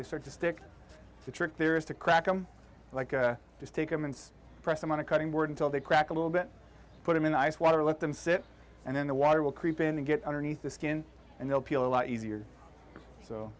they start to stick the trick there is to crack i'm like just take them and press them on a cutting board until they crack a little bit put them in ice water let them sit and then the water will creep in and get underneath the skin and they'll be a lot easier so